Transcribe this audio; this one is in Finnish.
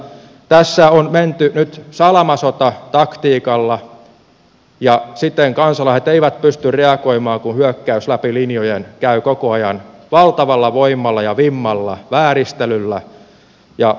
tässä on menty nyt salamasotataktiikalla ja siten kansalaiset eivät pysty reagoimaan kun hyökkäys läpi linjojen käy koko ajan valtavalla voimalla ja vimmalla vääristelyllä ja harhaan johtamisella